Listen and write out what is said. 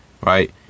right